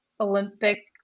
Olympic